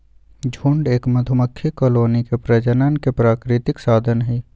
झुंड एक मधुमक्खी कॉलोनी के प्रजनन के प्राकृतिक साधन हई